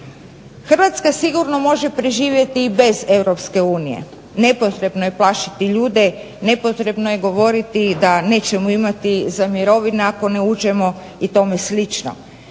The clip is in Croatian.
Hrvatska sigurno može preživjeti i bez Europske unije. Nepotrebno je plašiti ljude, nepotrebno je govoriti da nećemo imati za mirovine ako ne uđemo i tome slično.